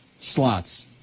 slots